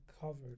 covered